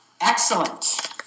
Excellent